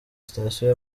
sitasiyo